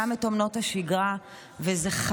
גם את אומנות השגרה,